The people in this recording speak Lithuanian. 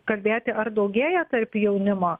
kalbėti ar daugėja tarp jaunimo